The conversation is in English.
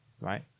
right